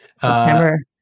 September